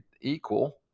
Equal